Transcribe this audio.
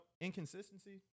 inconsistency